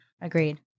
Agreed